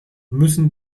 müssen